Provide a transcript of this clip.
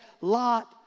lot